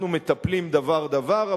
אנחנו מטפלים דבר-דבר.